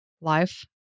life